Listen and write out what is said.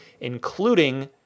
including